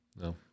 No